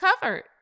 covered